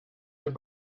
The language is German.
dem